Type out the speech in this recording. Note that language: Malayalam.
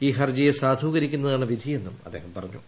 ഈ ഹർജിയെ സാധൂകരിക്കുന്നതാണ് വിധിയെന്നും അദ്ദേഹം പറഞ്ഞു